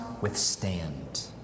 withstand